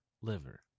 Liver